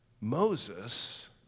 Moses